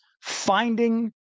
finding